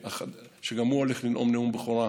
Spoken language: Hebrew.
שגם הוא הולך לנאום נאום בכורה,